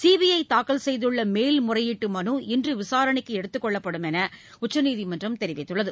CBI தாக்கல் செய்துள்ள மேல்முறையீட்டு மனு இன்று விசாரணைக்கு எடுத்துக் கொள்ளப்படும் என உச்சநீதிமன்றம் தெரிவித்துள்ளது